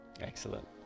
Excellent